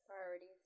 Priorities